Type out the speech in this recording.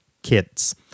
kids